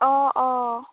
অঁ অঁ